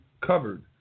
covered